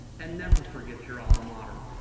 and never forget your alma mater,